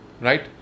right